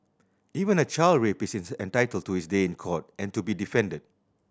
even a child rapist is entitled to his day in court and to be defended